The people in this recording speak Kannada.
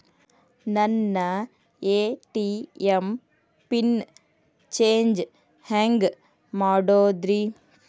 ನನ್ನ ಎ.ಟಿ.ಎಂ ಪಿನ್ ಚೇಂಜ್ ಹೆಂಗ್ ಮಾಡೋದ್ರಿ?